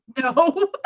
no